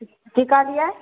की कहलियै